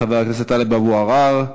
חבר הכנסת טלב אבו עראר,